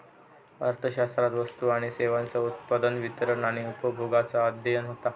अर्थशास्त्रात वस्तू आणि सेवांचा उत्पादन, वितरण आणि उपभोगाचा अध्ययन होता